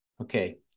Okay